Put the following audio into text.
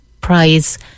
Prize